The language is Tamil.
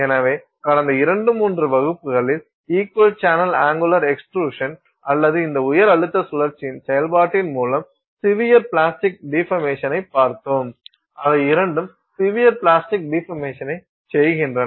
எனவே கடந்த இரண்டு மூன்று வகுப்புகளில் இக்வல் சேனல் அங்குளர் எக்ஸ்ட்ருஷன் அல்லது இந்த உயர் அழுத்த சுழற்சியின் செயல்பாட்டின் மூலம் சிவியர் பிளாஸ்டிக் டிபர்மேஷன் பார்த்தோம் அவை இரண்டும் சிவியர் பிளாஸ்டிக் டிபர்மேஷன்னை செய்கின்றன